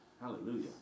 Hallelujah